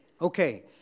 Okay